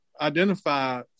identify